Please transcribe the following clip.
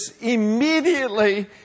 immediately